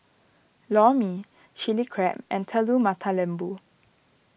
Lor Mee Chili Crab and Telur Mata Lembu